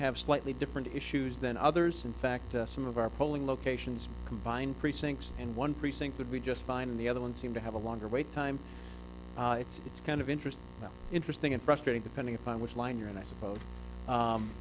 have slightly different issues than others in fact some of our polling locations combined precincts in one precinct would be just fine and the other ones seem to have a longer wait time it's kind of interest interesting and frustrating depending upon which line you're in i suppose